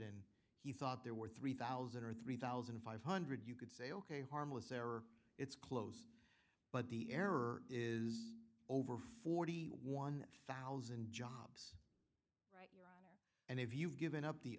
and he thought there were three thousand or three thousand five hundred you could say ok harmless error it's close but the error is over forty one thousand jobs and if you've given up the